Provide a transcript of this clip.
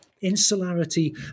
insularity